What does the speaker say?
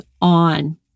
on